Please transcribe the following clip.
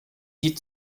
die